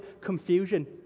confusion